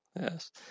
Yes